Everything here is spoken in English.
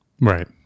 Right